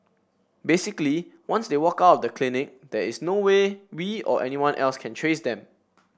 basically once they walk out of the clinic there is no way we or anyone else can trace them